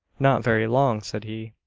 not very long, said he,